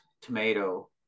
tomato